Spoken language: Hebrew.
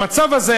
במצב הזה,